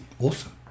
Awesome